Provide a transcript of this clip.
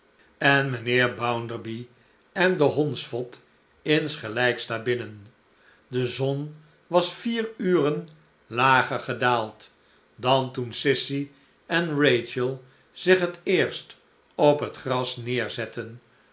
en mijnheer bounderby en de hondsvotinsgelijksdaarbinnen de zon was vier uren lager gedaald dan toen sissy en rachel zich het eerst op het gras neerzetten